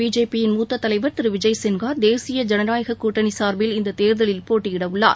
BJP யின் மூத்த தலைவர் திரு விஜய் சின்ஹா தேசிய ஜனநாயக கூட்டணி சார்பில் இந்தத் தேர்தலில் போட்டியிட உள்ளார்